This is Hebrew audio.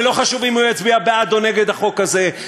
ולא חשוב אם הוא יצביע בעד או נגד החוק הזה,